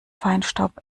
feinstaub